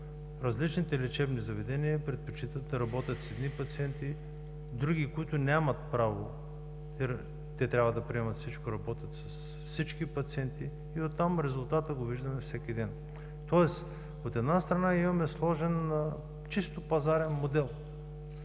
различните лечебни заведения предпочитат да работят с едни пациенти, други, които нямат право, трябва да приемат всичко, работят с всички пациенти и оттам резултата го виждаме всеки ден. Тоест, от една страна, имаме сложен, чисто пазарен модел.